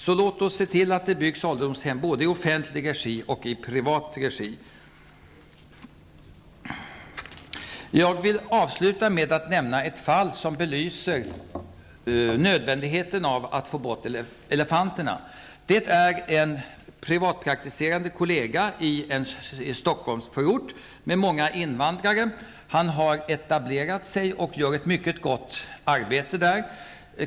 Så låt oss se till att det byggs ålderdomshem, både i offentlig och i privat regi. Jag vill avsluta med att redogöra för ett fall som belyser nödvändigheten av att få bort elefanterna. Det gäller en privatpraktiserande kollega i en Stockholmsförort med många invandrare. Han har etablerat sig och gör ett mycket gott arbete där.